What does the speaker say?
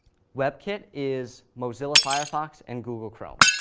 webkit is mozilla firefox and google chrome.